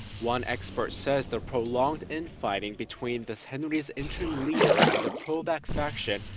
one expert says the prolonged infighting between the saenuri's interim leader and the pro-park faction.